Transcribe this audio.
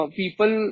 people